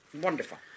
Wonderful